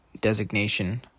designation